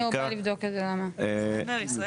ישראל